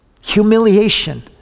humiliation